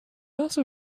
also